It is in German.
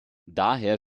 daher